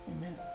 Amen